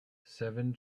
seven